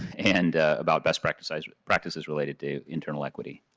and about best practices practices related to internal equity.